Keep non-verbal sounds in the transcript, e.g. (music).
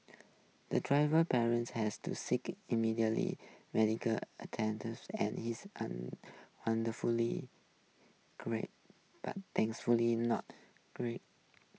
the driver parents has to seek immediately medical (unintelligible) and is (unintelligible) wonderfully great but thankfully not great